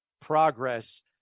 progress